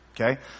okay